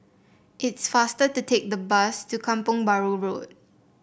it's faster to take the bus to Kampong Bahru Road